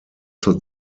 zur